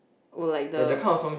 or like the